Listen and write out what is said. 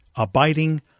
abiding